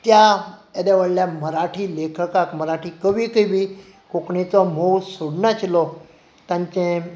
त्या येद्या व्हडल्या मराठी लेखकाक मराठी कवीकय बी कोंकणीचो मोह सोडूंक नाशिल्लो तांचें